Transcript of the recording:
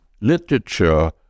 literature